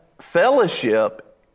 fellowship